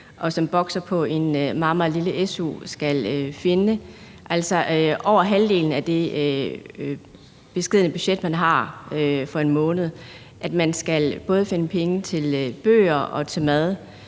på en meget, meget lille su, skal finde over halvdelen af det beskedne budget, man har for en måned. Man skal både finde penge til bøger og til mad.